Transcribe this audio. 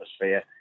atmosphere